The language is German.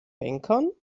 bänkern